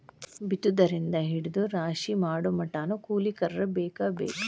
ಬಿತ್ತುದರಿಂದ ಹಿಡದ ರಾಶಿ ಮಾಡುಮಟಾನು ಕೂಲಿಕಾರರ ಬೇಕ ಬೇಕ